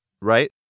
right